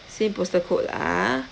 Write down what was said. same postal code ah